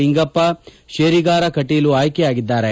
ಲಿಂಗಪ್ಪ ಶೇರಿಗಾರ ಕಟೀಲು ಆಯ್ಕೆಯಾಗಿದ್ದಾರೆ